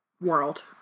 world